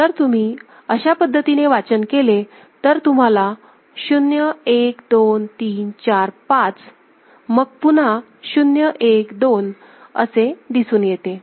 जर तुम्ही अशा पद्धतीने वाचन केले तर तुम्हाला 0 1 2 3 4 5 पुन्हा 0 1 2असे दिसून येते